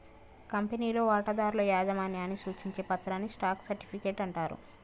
కంపెనీలో వాటాదారుల యాజమాన్యాన్ని సూచించే పత్రాన్ని స్టాక్ సర్టిఫికెట్ అంటారు